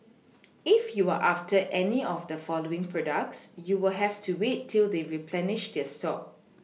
if you're after any of the following products you'll have to wait till they replenish their stock